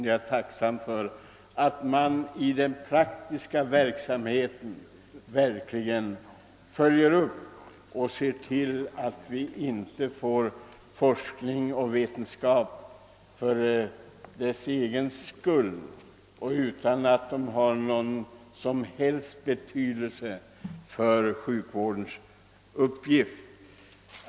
Det är tacknämligt att man följer upp den praktiska verksamheten och sörjer för att vi inte får forskning och vetenskap för deras egen skull utan att de har någon som helst betydelse för sjukvården.